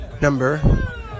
number